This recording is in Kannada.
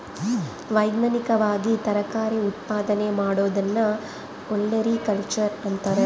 ವೈಜ್ಞಾನಿಕವಾಗಿ ತರಕಾರಿ ಉತ್ಪಾದನೆ ಮಾಡೋದನ್ನ ಒಲೆರಿಕಲ್ಚರ್ ಅಂತಾರ